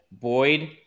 Boyd